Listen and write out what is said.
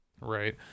Right